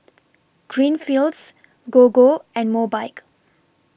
Greenfields Gogo and Mobike